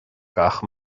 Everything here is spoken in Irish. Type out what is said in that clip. gach